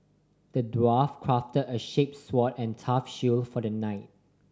the dwarf crafted a shape sword and a tough shield for the knight